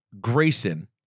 Grayson